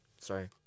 sorry